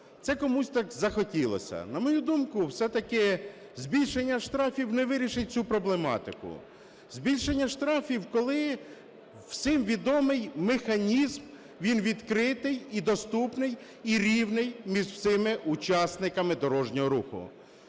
це комусь так захотілося. На мою думку, все-таки збільшення штрафів не вирішить цю проблематику. Збільшення штрафів, коли всім відомий механізм, він відкритий і доступний, і рівний між всіма учасниками дорожнього руху.